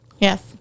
Yes